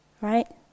right